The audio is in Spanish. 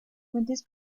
fuentes